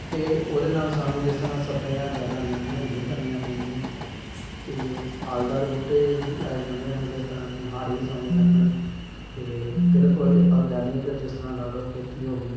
ਅਤੇ ਉਹਦੇ ਨਾਲ਼ ਸਾਨੂੰ ਜਿਸ ਤਰ੍ਹਾਂ ਸਪ੍ਰੇਹਾਂ ਜ਼ਿਆਦਾ ਮਹਿੰਗੀਆਂ ਨਹੀਂ ਕਰਨੀਆਂ ਪੈਂਦੀਆਂ ਅਤੇ ਫਲਦਾਰ ਬੂਟੇ ਲਾਏ ਜਾਂਦੇ ਹਨ ਜਿਸ ਤਰ੍ਹਾਂ ਅਸੀਂ ਹਾੜੀ ਸਾਉਣੀ ਆਪਣੇ ਇਹ ਬਿਲਕੁਲ ਔਰਗੈਨਿਕ ਜਿਸ ਤਰ੍ਹਾਂ ਲਾ ਲਓ ਖੇਤੀ ਹੋ ਗਈ